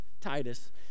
Titus